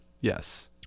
yes